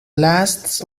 lasts